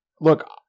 Look